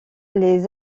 les